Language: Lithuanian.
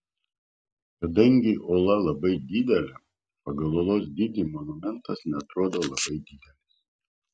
kadangi uola labai didelė pagal uolos dydį monumentas neatrodo labai didelis